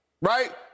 Right